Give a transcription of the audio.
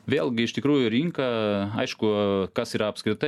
vėlgi iš tikrųjų rinka aišku kas yra apskritai